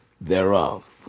thereof